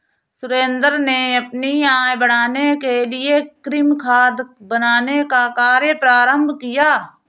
सुरेंद्र ने अपनी आय बढ़ाने के लिए कृमि खाद बनाने का कार्य प्रारंभ किया